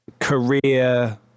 career